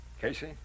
Casey